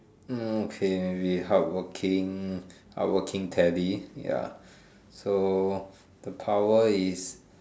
hmm okay maybe hardworking hardworking tally ya so the power is